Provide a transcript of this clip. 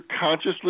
consciously